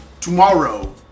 tomorrow